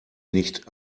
nicht